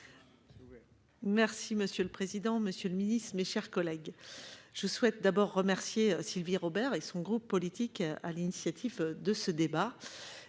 Merci monsieur le président, Monsieur le Ministre, mes chers collègues, je souhaite d'abord remercier Sylvie Robert et son groupe politique à l'initiative de ce débat